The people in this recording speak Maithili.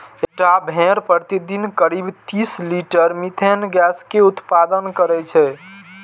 एकटा भेड़ प्रतिदिन करीब तीस लीटर मिथेन गैस के उत्पादन करै छै